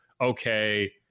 okay